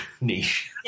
niche